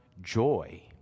joy